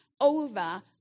over